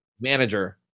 manager